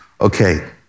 Okay